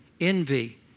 envy